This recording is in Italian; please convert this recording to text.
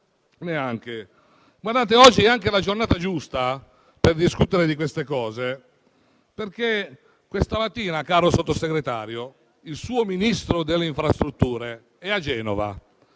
neanche. Guardate, oggi è anche la giornata giusta per discutere di questi temi. Questa mattina, signor Sottosegretario, il suo Ministro delle infrastrutture è a Genova